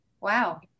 wow